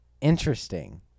Interesting